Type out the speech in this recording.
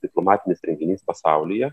diplomatinis renginys pasaulyje